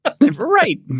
Right